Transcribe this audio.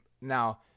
now